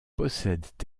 possèdent